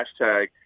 hashtag